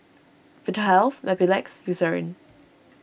Vitahealth Mepilex Eucerin